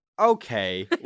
Okay